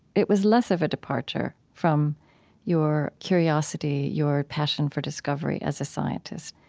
it was less of a departure from your curiosity, your passion for discovery as a scientist.